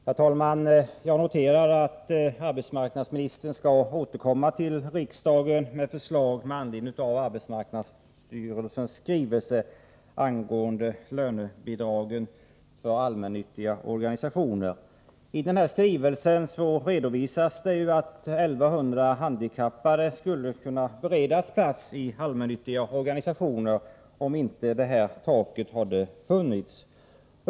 Herr talman! Jag noterar att arbetsmarknadsministern skall återkomma till riksdagen med förslag med anledning av arbetsmarknadsstyrelsens skrivelse angående lönebidragen för allmännyttiga organisationer. I denna skrivelse redovisas att 1100 handikappade skulle kunna beredas plats i allmännyttiga organisationer om inte detta tak hade funnits.